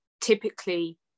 typically